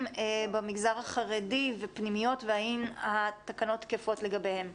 במגזר החרדי ופנימיות והאם התקנות תקפות לגביהן.